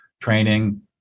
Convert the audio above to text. training